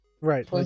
right